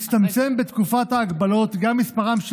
הצטמצם בתקופת ההגבלות גם מספרם של